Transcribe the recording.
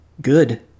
good